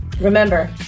Remember